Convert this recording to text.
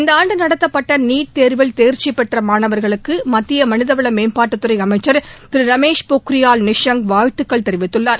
இந்தாண்டு நடத்தப்பட்ட நீட் தேர்வில் தேர்ச்சி பெற்ற மாணவர்களுக்கு மத்திய மனிதவள மேம்பாட்டுத் துறை அமைச்சா் திரு ரமேஷ் பொக்ரியால் நிஷாங்க் வாழ்த்துக்கள் தெரிவித்துள்ளார்